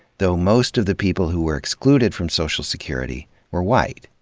though most of the people who were excluded from social security were white.